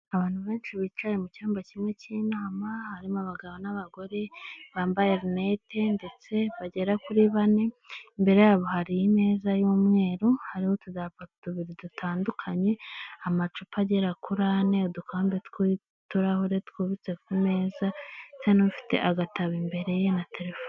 Abantu benshi bicaye mu cyumba kimwe cy'inama, harimo abagabo n'abagore bambaye linete, ndetse bagera kuri bane, imbere yabo hari imeza y'umweru, hariho utudarapo tubiri dutangukanye, amacupa agera kuri ane, udukombe tw'uturahure twubitse ku meza, ndetse n'ufite agatabo imbere ye na telefone.